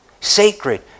sacred